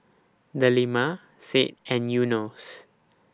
Delima Said and Yunos